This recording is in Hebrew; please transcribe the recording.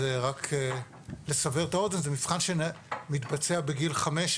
רק לסבר את האוזן, זה מבחן שמתבצע בגיל 15